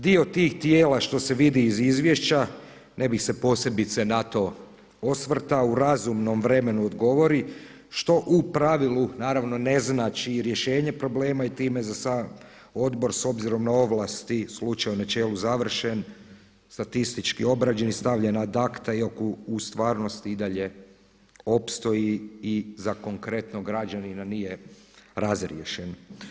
Dio tih tijela što se vidi iz izvješća ne bih se posebice na to osvrtao u razumnom vremenu odgovori što u pravilu naravno ne znači i rješenje problema i time sam odbor s obzirom na ovlasti slučaj je u načelu završen, statistički obrađen i stavljen ad acta iako u stvarnosti i dalje opstoji i za konkretnog građanina nije razriješen.